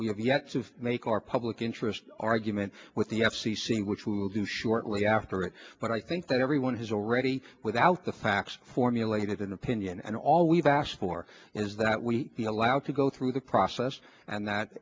we have yet to make our public interest argument with the f c c which will do shortly after it but i think that everyone has already without the facts formulated an opinion and always bashful or is that we allowed to go through the process and that